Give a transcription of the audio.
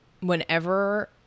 whenever